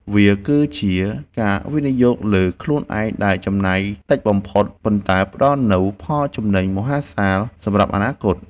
វាគឺជាការវិនិយោគលើខ្លួនឯងដែលចំណាយតិចបំផុត ប៉ុន្តែផ្ដល់នូវផលចំណេញមហាសាលសម្រាប់អនាគត។